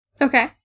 Okay